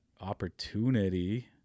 opportunity